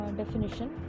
definition